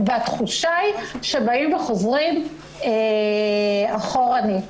התשובה היא שחוזרים אחורנית.